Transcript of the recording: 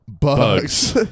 Bugs